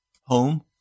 home